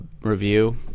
review